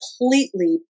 completely